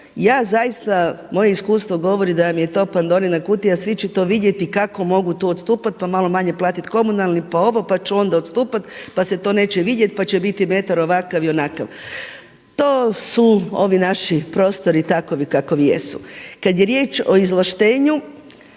Ja zaista, moje iskustvo govori da vam je to Pandorina kutija, svi će to vidjeti kako mogu tu odstupati pa malo manje platiti komunalni, pa ovo, pa ću onda odstupati, pa se to neće vidjeti, pa će biti metar ovakav i onakav. To su ovi naši prostori takvi kakvi jesu. Kada je riječ o izvlaštenju